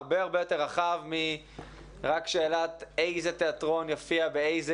הרבה יותר רחב מרק שאלת איזה תיאטרון יופי באיזה